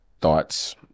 thoughts